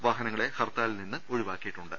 വാഹനങ്ങളെ ഹർത്താ ലിൽ നിന്ന് ഒഴിവാക്കിയിട്ടുണ്ട്